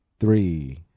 three